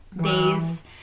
days